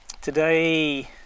Today